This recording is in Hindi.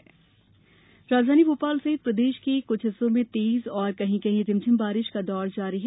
मौसम बारिश राजधानी भोपाल सहित प्रदेश के कुछ हिस्सों में तेज और कहीं कहीं रिमझिम बारिश का दौर जारी है